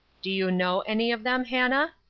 do you know any of them, hannah?